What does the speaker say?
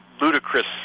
ludicrous